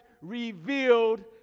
revealed